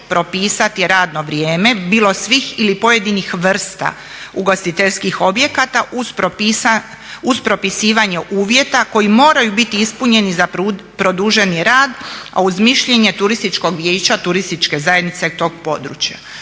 propisati radno vrijeme bilo svih ili pojedinih vrsta ugostiteljskih objekata uz propisivanje uvjeta koji moraju biti ispunjeni za produženi rad, a uz mišljenje turističkog vijeća turističke zajednice tog područja.